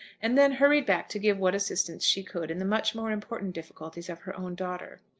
and then hurried back to give what assistance she could in the much more important difficulties of her own daughter.